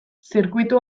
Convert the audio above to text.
zirkuitu